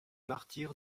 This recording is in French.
martyre